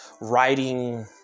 writing